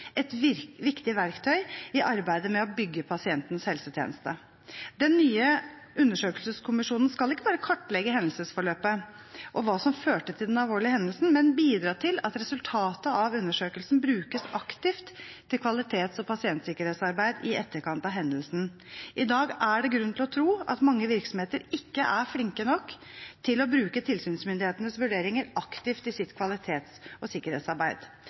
et viktig verktøy i arbeidet med å bygge pasientens helsetjeneste. Den nye undersøkelseskommisjonen skal ikke bare kartlegge hendelsesforløpet og hva som førte til den alvorlige hendelsen, men også bidra til at resultatet av undersøkelsen brukes aktivt til kvalitets- og pasientsikkerhetsarbeid i etterkant av hendelsen. I dag er det grunn til å tro at mange virksomheter ikke er flinke nok til å bruke tilsynsmyndighetenes vurderinger aktivt i sitt kvalitets- og sikkerhetsarbeid.